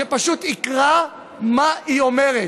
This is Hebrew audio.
שפשוט יקרא מה היא אומרת: